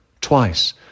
twice